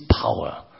power